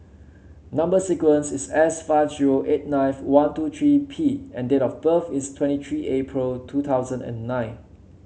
number sequence is S five zero eight ninth one two three P and date of birth is twenty three April two thousand and nine